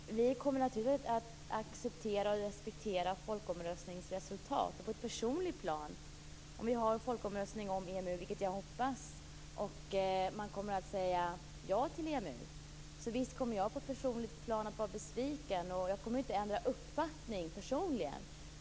Fru talman! Vi kommer naturligtvis att acceptera och respektera folkomröstningens resultat. Om vi har en folkomröstning om EMU, vilket jag hoppas, och man kommer att säga ja till EMU; visst kommer jag på ett personligt plan att vara besviken, och jag kommer inte att ändra uppfattning personligen.